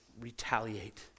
retaliate